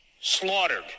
slaughtered